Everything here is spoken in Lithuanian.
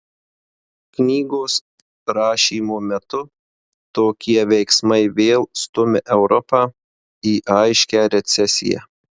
knygos rašymo metu tokie veiksmai vėl stumia europą į aiškią recesiją